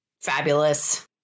fabulous